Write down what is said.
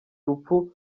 urupfu